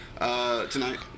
tonight